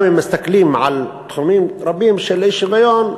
גם אם מסתכלים על תחומים רבים של אי-שוויון,